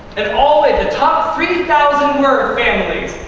and all of the top three thousand word families,